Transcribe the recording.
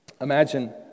imagine